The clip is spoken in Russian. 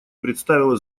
представила